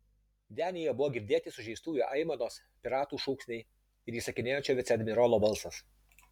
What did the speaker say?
denyje buvo girdėti sužeistųjų aimanos piratų šūksniai ir įsakinėjančio viceadmirolo balsas